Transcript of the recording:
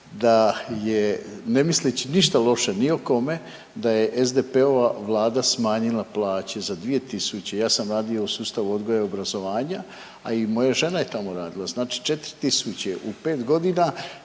da je ne misleći ništa loše ni o kome da je SDP-ova vlada smanjila plaće za 2000. Ja sam radio u sustavu odgoja i obrazovanja, a i moja žena je tamo radila. Znači 4000. U pet godina